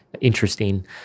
interesting